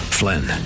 flynn